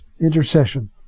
intercession